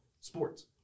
sports